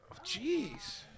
Jeez